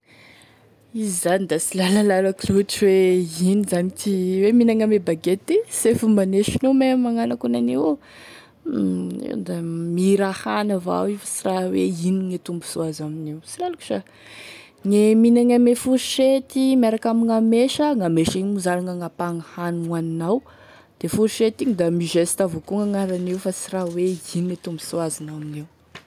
Izy zany da sy lalalako loatry hoe ino zany ty hoe mihinagny ame baguette ty, sy fombane sinoa mein e magnano akonan'io da mihira hany avao io fa sy raha hoe ino e tombosoa azo amin'io sy lalako sa gne minagny ame fourchette miaraka amigna mesa gn'amesa igny moa zany gn'agnapahagny hany hoaninao, de fourchette igny da mizesta avao koa gn'agnaraniny fa tsy raha hoe ino me tombosoa azony amin'io.